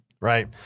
right